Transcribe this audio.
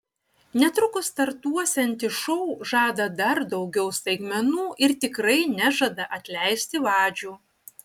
netrukus startuosiantis šou žada dar daugiau staigmenų ir tikrai nežada atleisti vadžių